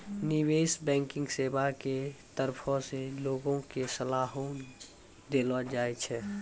निबेश बैंकिग सेबा के तरफो से लोगो के सलाहो देलो जाय छै